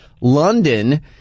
London